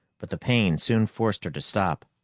but the pain soon forced her to stop.